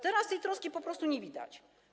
Teraz tej troski po prostu nie widać.